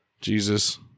Jesus